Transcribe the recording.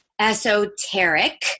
esoteric